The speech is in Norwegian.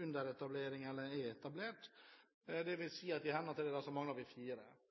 under etablering eller er etablert. Det vil si, i henhold til dette, at vi mangler fire.